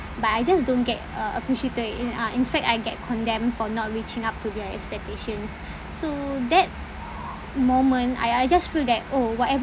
but I just don't get uh appreciated in uh in fact I get condemned for not reaching up to their expectations so that moment I I just feel that oh whatever